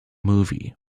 movie